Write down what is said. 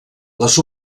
les